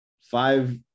Five